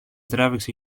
τράβηξε